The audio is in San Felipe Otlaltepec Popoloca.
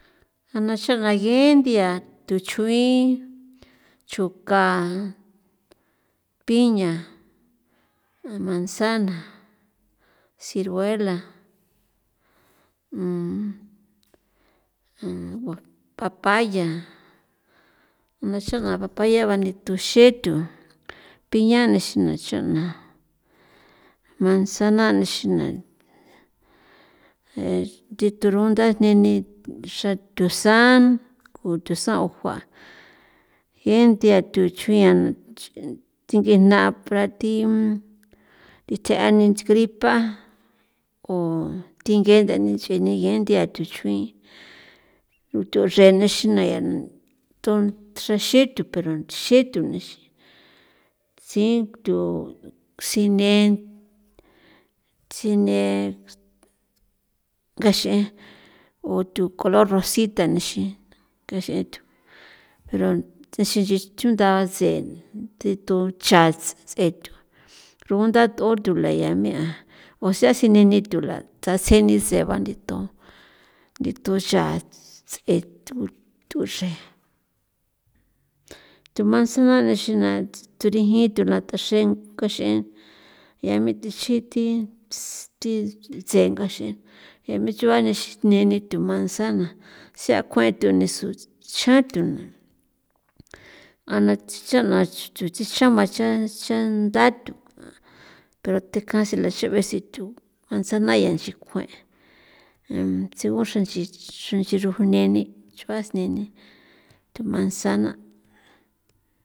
A na xeꞌna nge nthia tuchjuin, chjoka, piña, manzana, ciruela, papaya, na xana papaya bani tuxethu piña nexina cho'na, manzana nexina thi tho runda ne ni xan thusan gutho saon jua gen nthia tuchjuian thengijna pra thi itseꞌa ni gripa ko thi nge nixin ni gen nthia tuchjuin thurenexin ni nge tuxrexin tho pero xe tho tsin tho sine, sine ngaxin o thu color rosita nixin kexeꞌe thoro yuxin chundaꞌa tsee thi tho cha tse tho rugunda ntho tula ya me'a usea sine ni tho latsja tsje ni se bangi tho ngitho yaa se thoxre tho manzana nexina turigin tho la xrajen nkaxeꞌe mea na thixi thi thi tse ngaxiꞌin yaa mechoꞌa thixin thi thitse ngaxiꞌin chroꞌa mexin neni thu manzana tsia kueꞌe tho mexin chjan thu ana tsichaꞌna thi xama xa xa ndathu kathi kjan xao thi manzana ya nchi kjue tsigu xranch'i xranch'i ruju neni ch'uas neni tho manzana'.